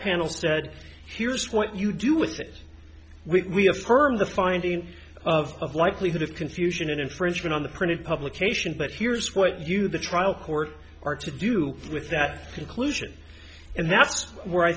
panel said here's what you do with it we affirm the finding of of likelihood of confusion and infringement on the printed publication but here's what you the trial court are to do with that conclusion and that's where i